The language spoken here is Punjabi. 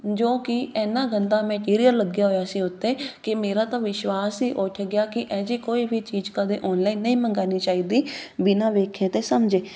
ਜੋ ਕਿ ਇੰਨਾ ਗੰਦਾ ਮਟੀਰੀਅਲ ਲੱਗਿਆ ਹੋਇਆ ਸੀ ਉਹ 'ਤੇ ਕਿ ਮੇਰਾ ਤਾਂ ਵਿਸ਼ਵਾਸ ਹੀ ਉੱਠ ਗਿਆ ਕਿ ਐਜੀ ਕੋਈ ਵੀ ਚੀਜ਼ ਕਦੇ ਓਨਲਾਈਨ ਨਹੀਂ ਮੰਗਾਉਣੀ ਚਾਹੀਦੀ ਬਿਨਾਂ ਵੇਖੇ ਅਤੇ ਸਮਝੇ